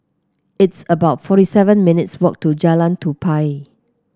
it's about forty seven minutes' walk to Jalan Tupai